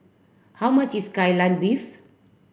how much is Kai Lan beef